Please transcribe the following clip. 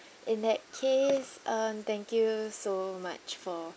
in that case um thank you so much for